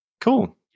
Cool